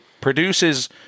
produces